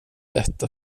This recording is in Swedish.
detta